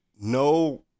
no